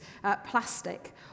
plastic